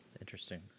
Interesting